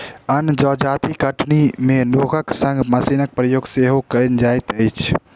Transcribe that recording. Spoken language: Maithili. अन्य जजाति कटनी मे लोकक संग मशीनक प्रयोग सेहो कयल जाइत अछि